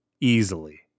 easily